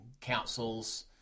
councils